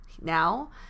now